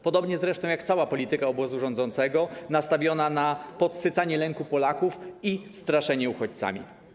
Podobnie zresztą jak cała polityka obozu rządzącego, nastawiona na podsycanie lęku Polaków i straszenie uchodźcami.